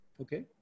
Okay